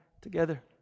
together